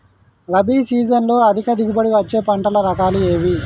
రబీ సీజన్లో అధిక దిగుబడి వచ్చే పంటల రకాలు ఏవి?